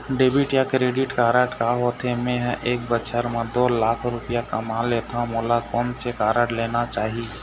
Debit या credit card का होथे, मे ह एक बछर म दो लाख रुपया कमा लेथव मोला कोन से कारड लेना चाही?